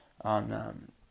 on